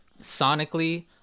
sonically